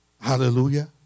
Hallelujah